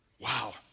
Wow